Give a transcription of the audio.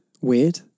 Weird